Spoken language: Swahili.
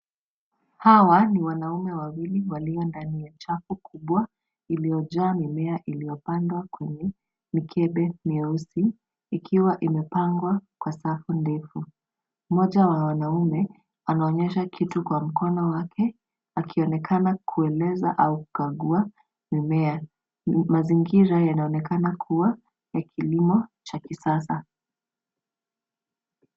Hawa ni wanaume wawili walio ndani ya chapu kubwa iliyojaa mimea iliyopandwa kwenye mikebe mieusi ikiwa imepangwa kwa safu ndefu. Mmoja wa wanaume anaonyesha kitu kwa mkono wake akionekana kueleza au kukagua mimea. Mazingira yanaonekana kuwa ya kilimo na kisasa.